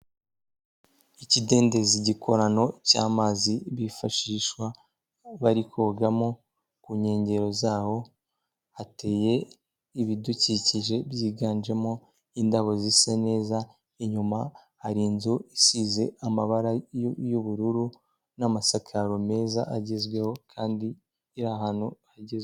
Ikidendezi gikorano cy'amazi bifashisha bari kogamo, ku nkengero zaho hateye ibidukikije byiganjemo indabo zisa neza, inyuma hari inzu isize amabara y'ubururu n'amasakaro meza agezweho kandi iri ahantu hagezweho.